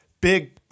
big